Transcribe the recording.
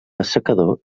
assecador